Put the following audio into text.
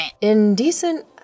Indecent